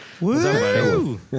Woo